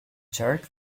jerk